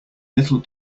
little